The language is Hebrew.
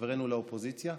חברינו לאופוזיציה.